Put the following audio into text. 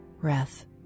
breath